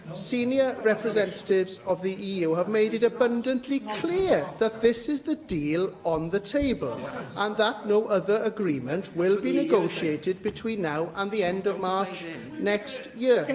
senior representatives of the eu have made it abundantly clear that this is the deal on the table and that no other agreement will be negotiated between now and the end of march next yeah